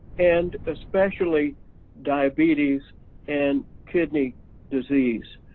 and especially diabetes and kidney disease.